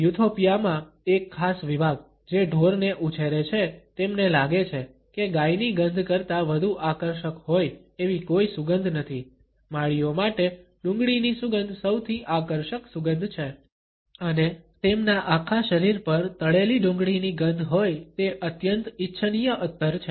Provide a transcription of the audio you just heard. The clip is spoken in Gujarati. યુથોપિયા માં એક ખાસ વિભાગ જે ઢોરને ઉછેરે છે તેમને લાગે છે કે ગાયની ગંધ કરતાં વધુ આકર્ષક હોય એવી કોઈ સુગંધ નથી માળીઓ માટે ડુંગળીની સુગંધ સૌથી આકર્ષક સુગંધ છે અને તેમના આખા શરીર પર તળેલી ડુંગળીની ગંધ હોય તે અત્યંત ઇચ્છનીય અત્તર છે